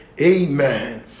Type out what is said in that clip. Amen